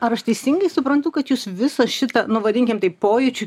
ar aš teisingai suprantu kad jūs visą šitą nu vadinkim taip pojūčių